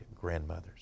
grandmothers